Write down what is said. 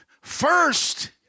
First